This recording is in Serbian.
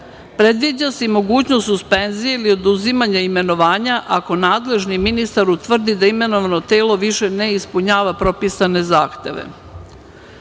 Predviđa se i mogućnost suspenzije ili oduzimanja imenovanja ako nadležni ministar utvrdi da imenovano telo više ne ispunjava propisane zahteve. Pod